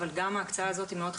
אבל גם ההקצאה הזאת היא מאוד חשובה,